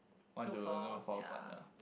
why do you look for partner